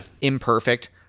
imperfect